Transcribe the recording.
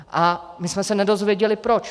A my jsme se nedozvěděli proč.